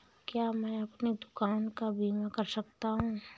क्या मैं अपनी दुकान का बीमा कर सकता हूँ?